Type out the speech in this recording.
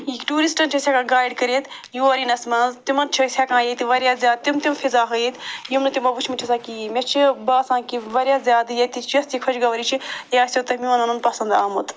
ٹوٗرسٹن چھِ أسۍ ہٮ۪کان گایڈ کٔرِتھ یور یِنس منٛز تِمن چھِ أسۍ ہٮ۪کان ییٚتہِ وارِیاہ زیادٕ تِم تِم فِزا ہٲیِتھ یِم نہٕ تِمو وٕچھمٕتۍ چھِ آسان کِہیٖنۍ مےٚ چھِ باسان کہِ وارِیاہ زیادٕ ییٚتِچ یۄس یہِ خۄشگوٲری چھِ یہِ آسیو تۄہہِ میون وَنُن پسنٛد آمُت